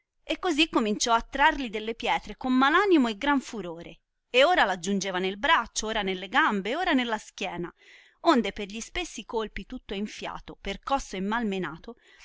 e cosi cominciò a trarli delle pietre con mal animo e gran furore e ora r aggiungeva nel braccio ora nelle gambe e ora nella schiena onde per gli spessi colpi tutto enfiato percosso e malmenato